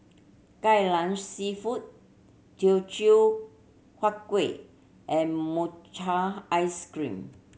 Kai Lan Seafood Teochew Huat Kueh and mochi ice cream